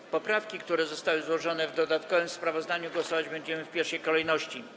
Nad poprawkami, które zostały zawarte w dodatkowym sprawozdaniu, głosować będziemy w pierwszej kolejności.